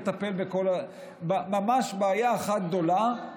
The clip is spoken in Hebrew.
ממש בעיה אחת גדולה.